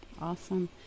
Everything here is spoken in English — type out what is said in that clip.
Awesome